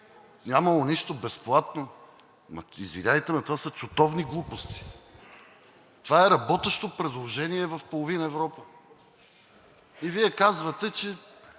Нямало нищо безплатно? Извинявайте, ама това са чутовни глупости! Това е работещо предложение в половин Европа и Вие казвате, че